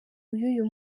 uyu